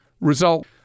result